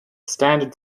standard